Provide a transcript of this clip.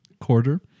quarter